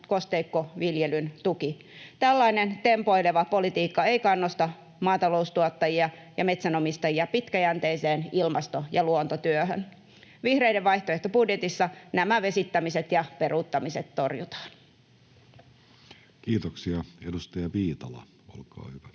kosteikkoviljelyn tuki. Tällainen tempoileva politiikka ei kannusta maataloustuottajia ja metsänomistajia pitkäjänteiseen ilmasto- ja luontotyöhön. Vihreiden vaihtoehtobudjetissa nämä vesittämiset ja peruuttamiset torjutaan. Kiitoksia. — Edustaja Viitala, olkaa hyvä.